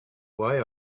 why